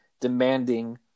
demanding